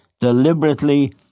deliberately